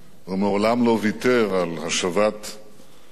ומעולם לא ויתר על השבת בנינו,